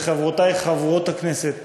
לחברותי חברות הכנסת,